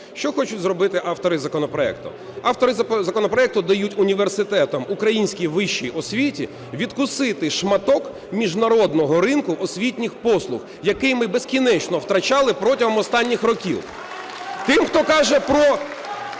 Що хочуть зробити автори законопроекту? Автори законопроекту дають університетам, українській вищій освіті, відкусити шматок міжнародного ринку освітніх послуг, який ми безкінечно втрачали протягом останніх років. (Шум у залі)